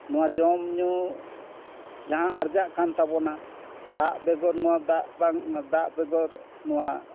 ᱱᱚᱣᱟ ᱡᱚᱢᱼᱧᱩ ᱡᱟᱦᱟᱸ ᱟᱨᱡᱟᱜ ᱠᱟᱱ ᱛᱟᱵᱚᱱᱟ ᱫᱟᱜ ᱵᱮᱜᱚᱨ ᱱᱚᱣᱟ ᱫᱟᱜ ᱵᱟᱝ ᱫᱟᱜ ᱵᱮᱜᱚᱨ ᱱᱚᱣᱟ